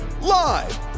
live